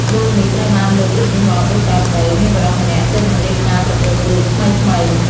រឿងនេះត្រូវបានលើកឧទាហរណ៍ដូចតទៅ៖ មានបុរសម្នាក់ទើបនឹងរៀបការប្រពន្ធរួចថ្មីៗ។